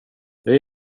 det